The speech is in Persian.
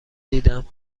دیدم